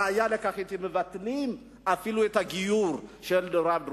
הראיה לכך: אתם מבטלים אפילו את הגיור של הרב דרוקמן,